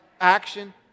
action